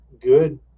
good